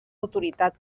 autoritat